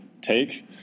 take